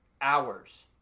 hours